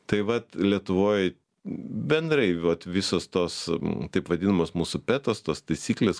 tai vat lietuvoj bendrai vat visos tos taip vadinamos mūsų petos tos taisyklės